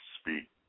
speak